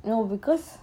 no because